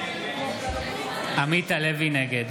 נגד